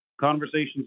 conversations